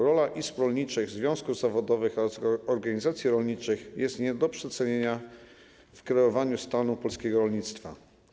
Rola izb rolniczych, związków zawodowych oraz organizacji rolniczych jest nie do przecenienia w kreowaniu stanu polskiego rolnictwa.